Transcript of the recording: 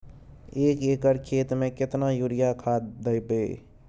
एक एकर खेत मे केतना यूरिया खाद दैबे?